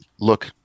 look